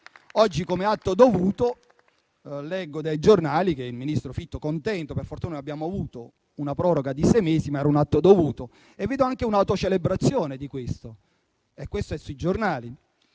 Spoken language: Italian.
Oggi come atto dovuto leggo dai giornali che il ministro Fitto dice, contento, che per fortuna abbiamo avuto una proroga di sei mesi, ma era un atto dovuto; vedo anche un'autocelebrazione per questo motivo, ed è sui giornali.